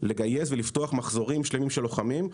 לגייס ולפתוח מחזורים שלמים של לוחמים.